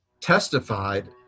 testified